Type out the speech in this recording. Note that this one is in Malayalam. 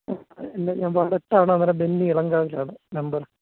ആ ഇല്ല ഞാൻ അടുത്താണ് അവരുടെ ബെന്നി എളങ്കാവിലാണ് നമ്പർ